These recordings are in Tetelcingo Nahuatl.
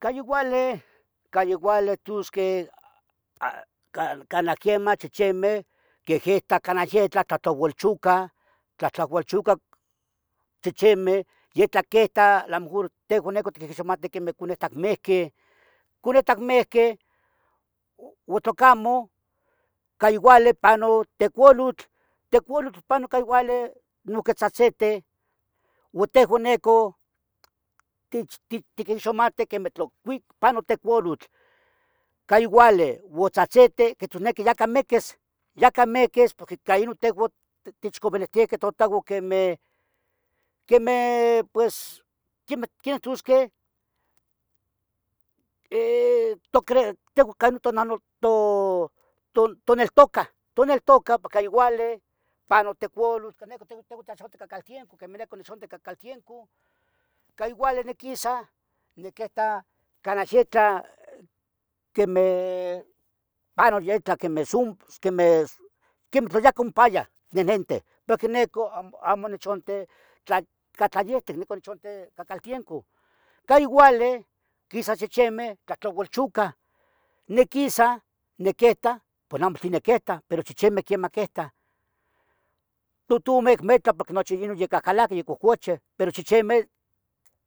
Ca youali, ca youali tusqueh ca, canah quiemah chichimeh. quihyitah canah yetlah, tlahtlaulchucah, tlahtlaoulchucah. chichimeh, yetlah quetah la mejor, tehoun neco quihixmateh. cunetac mihqui, cunetac mihqui o tlocamo ca youale panu. tecolutl, tecolutl panu ica youale noihque tzahtzeteh. u tehju neco, tich, tich, tiquixumateh quemeh, tlo cui panu. tecolutl, ca youale o tzahtzitih, quitusneque yacah mequis, yacah mequis porque ca inun tehoun techcovilihtiaqueh. totahuan quemeh, quemeh pues, quemeh queni tusqueh eh, tocre, tehoun co nan, to, to, to- toneltucah toneltucah porque youale panu tecolutl ca neco cah tehuan tichonte cacaltiencu. quemeh neco nichonte cacaltiencu, ca youali niquisa, nequeta. canah yetlah, quemeh, panu yetlah quemeh sum, quemeh tloyacompaya. nenenteh porque neco amo, amo nichonte tla ca tla yehtec nicon. nichonte cacaltiencu ca youale quisa chichimeh tlahtlaulchucah, niquisa, nequita poh amo tlen nequita, pero chichimeh quemah. quetah Totumeh acmo etla porque nuchi inun ya cahcalaqueh ya. concucheh pero chichimeh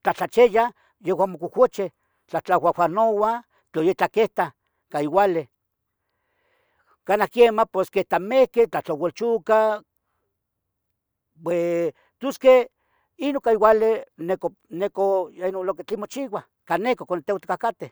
tlahtlachiyah, yehoun amo cohcuchih, tlahtlauahuanouah tlo itla quitah ca youale, canah quiemah pues. quita mihqui tlahtlaulchucah, pues tus que inu ca youale neco, neco. lo que tlin mochiuah, can neco can tehoun itcahcateh